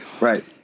Right